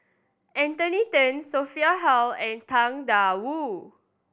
Anthony Then Sophia Hull and Tang Da Wu